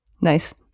nice